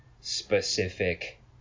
specific